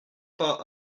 pas